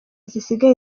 zisigaye